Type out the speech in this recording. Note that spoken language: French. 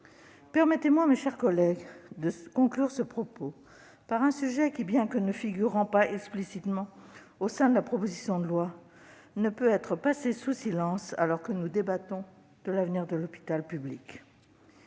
Permettez-moi, mes chers collègues, de conclure ce propos par un sujet qui, bien que ne figurant pas explicitement dans la proposition de loi, ne peut être passé sous silence, alors que nous débattons de l'avenir de l'hôpital public.